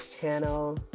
channel